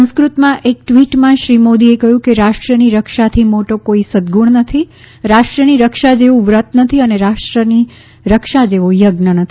સંસ્કૃતમાં એક ટ્વીટમાં શ્રી મોદીએ કહ્યું કે રાષ્ટ્રની રક્ષાથી મોટો કોઈ સદગુણ નથી રાષ્ટ્રની રક્ષા જેવુંવ્રત નથી અને રાષ્ટ્રની રક્ષા જેવો યજ્ઞ નથી